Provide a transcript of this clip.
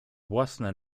własne